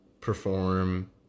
perform